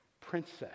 Princess